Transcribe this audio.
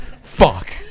fuck